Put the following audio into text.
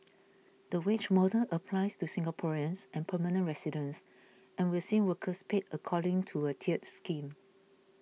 the wage model applies to Singaporeans and permanent residents and will see workers paid according to a tiered scheme